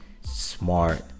smart